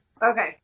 okay